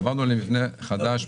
עברנו למבנה חדש,